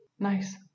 Nice